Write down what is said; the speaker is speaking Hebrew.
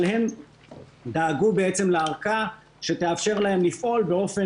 אבל הם דאגו בעצם לארכה שתאפשר להם לפעול באופן